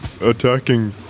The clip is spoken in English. attacking